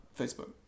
Facebook